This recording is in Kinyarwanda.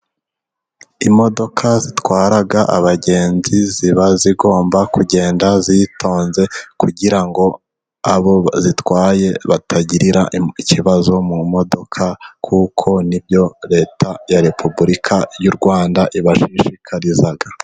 Imodoka zitwara abagenzi ziba zigomba kugenda zitonze kugira ngo abo zitwaye batagira ikibazo mu modoka, kuko nibyo Leta ya repubulika y'u rwanda ibashishikariza.